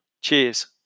Cheers